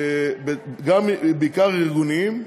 בעיקר ארגוניים.